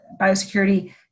biosecurity